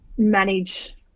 manage